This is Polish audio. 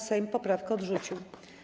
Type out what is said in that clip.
Sejm poprawkę odrzucił.